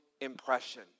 impression